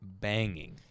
banging